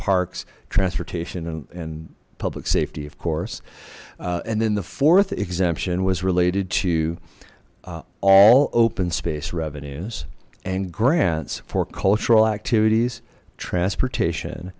parks transportation and public safety of course and then the fourth exemption was related to all open space revenues and grants for cultural activities transportation